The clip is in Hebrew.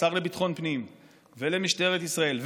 לשר לביטחון הפנים ולמשטרת ישראל,